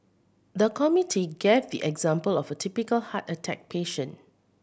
the committee gave the example of a typical heart attack patient